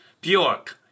Bjork